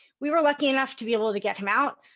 we were lucky enough to be able to get him out